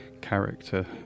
character